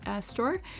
store